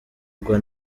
ugwa